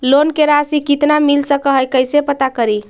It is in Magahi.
लोन के रासि कितना मिल सक है कैसे पता करी?